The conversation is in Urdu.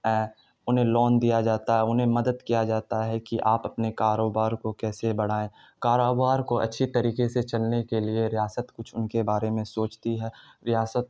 انہیں لون دیا جاتا ہے انہیں مدد کیا جاتا ہے کہ آپ اپنے کاروبار کو کیسے بڑھائیں کاروبار کو اچھی طریقے سے چلنے کے لیے ریاست کچھ ان کے بارے میں سوچتی ہے ریاست